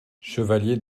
chevalier